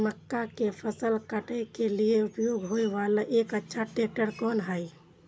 मक्का के फसल काटय के लिए उपयोग होय वाला एक अच्छा ट्रैक्टर कोन हय?